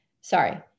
Sorry